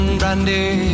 brandy